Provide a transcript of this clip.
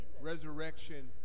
resurrection